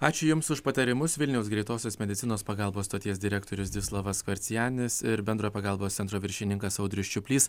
ačiū jums už patarimus vilniaus greitosios medicinos pagalbos stoties direktorius zdislovas skorcenis ir bendrojo pagalbos centro viršininkas audrius čiuplys